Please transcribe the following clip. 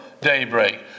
daybreak